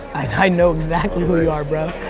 i know exactly who you are, bro.